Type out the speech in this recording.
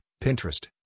Pinterest